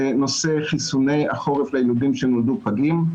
נושא חיסוני החורף לילדים שנולדו פגים.